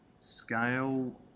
scale